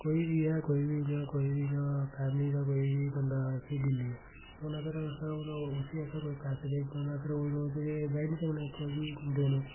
कोई बी ऐ कोई बी इयां कोई बी इ'यां फैमली दा कोई बी इ'यां बंदा दिल्ली ऐ हून अगर अस हून उसी असें कोई पैसे भेजने होन अस रोज़ रोज़ जाई नी सकदे उत्थे गी देने